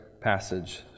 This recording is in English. passage